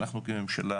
אנחנו כממשלה.